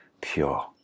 pure